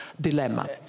dilemma